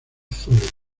azules